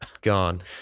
gone